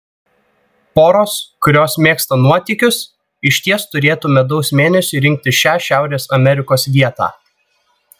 poros kurios mėgsta nuotykius išties turėtų medaus mėnesiui rinktis šią šiaurės amerikos vietą